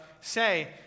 say